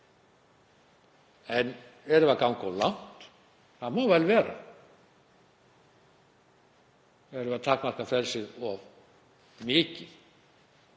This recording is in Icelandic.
En erum við að ganga of langt? Það má vel vera. Erum við að takmarka frelsið of mikið?